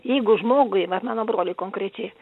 jeigu žmogui vat mano broliui konkrečiai